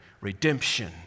redemption